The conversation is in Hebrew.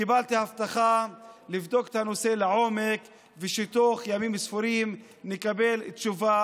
קיבלתי הבטחה לבדוק את הנושא לעומק ושתוך ימים ספורים נקבל תשובה.